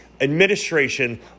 administration